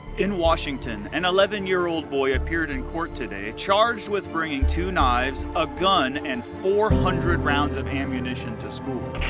in washington, an eleven year old boy appeared in court today, charged with bringing two knives, a gun, and four hundred rounds of ammunition to school.